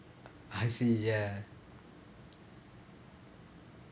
I see ya